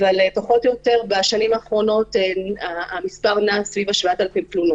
אבל פחות או יותר בשנים האחרונות המספר נע סביב ה-7,000 תלונות.